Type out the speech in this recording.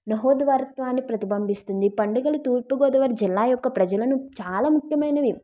సహోద్వారత్వాన్ని ప్రతిబంబిస్తుంది ఈ పండుగలు తూర్పుగోదావరి జిల్లా యొక్క ప్రజలను చాలా ముఖ్యమైనవి